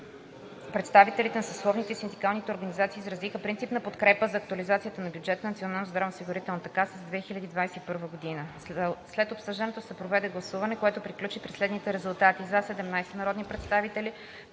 Представителите на съсловните и синдикалните организации изразиха принципна подкрепа за актуализацията на бюджета на Националната здравноосигурителна каса за 2021 г. След обсъждането се проведе гласуване, което приключи при следните резултати: „за“ – 17 народни представители,